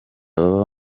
baba